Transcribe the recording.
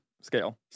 scale